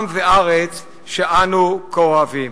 עם וארץ שאנו כה אוהבים.